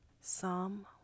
Psalm